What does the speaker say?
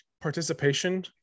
participation